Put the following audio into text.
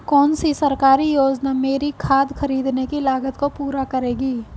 कौन सी सरकारी योजना मेरी खाद खरीदने की लागत को पूरा करेगी?